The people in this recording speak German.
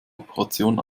operation